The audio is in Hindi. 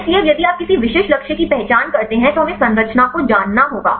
इसलिए अब यदि आप किसी विशिष्ट लक्ष्य की पहचान करते हैं तो हमें संरचना को जानना होगा